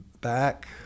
back